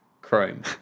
Chrome